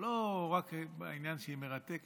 אבל זה לא רק העניין שהיא מרתקת,